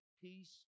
peace